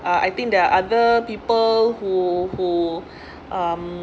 uh I think there are other people who who um